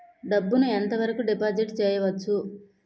డబ్బు ను ఎంత వరకు డిపాజిట్ చేయవచ్చు?